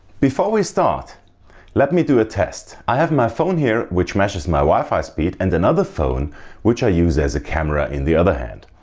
before we start let me do a test. i have my phone here which measures my wi-fi speed and another phone which i use as a camera in the other hand.